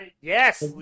Yes